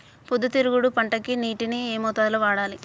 పొద్దుతిరుగుడు పంటకి నీటిని ఏ మోతాదు లో వాడాలి?